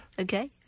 okay